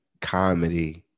comedy